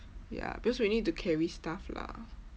ya because we need to carry stuff lah